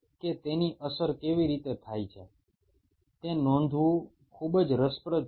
এবং এর ফলে কি প্রভাব পড়ছে তা পর্যবেক্ষণ করছো